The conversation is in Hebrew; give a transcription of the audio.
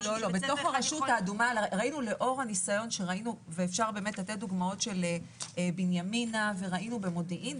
לא, אפשר לתת דוגמאות של בנימינה ומודיעין.